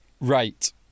Right